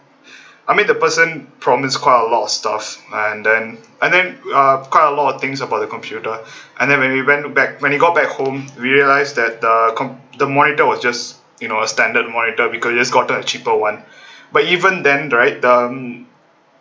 I mean the person promised quite a lot of stuff and then and then uh quite a lot of things about the computer and then when we went back when we got back home we realised that the the monitor was just you know a standard monitor we could have just gotten a cheaper one but even then right the